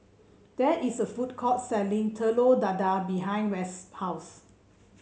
there is a food court selling Telur Dadah behind West's house